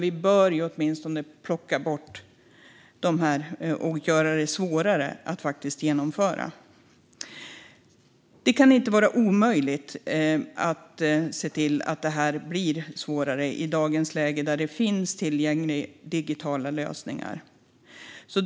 Vi bör alltså göra det svårare att genomföra detta, och det kan inte vara omöjligt i dagens läge när det finns tillgängliga digitala lösningar.